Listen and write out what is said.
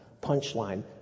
Punchline